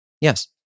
Yes